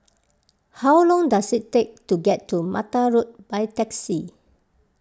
how long does it take to get to Mattar Road by taxi